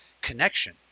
connection